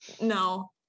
No